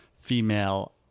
female